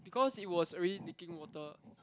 because it was already leaking water